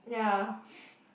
ya